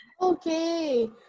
Okay